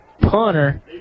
punter